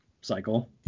cycle